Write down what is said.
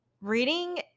Reading